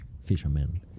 fishermen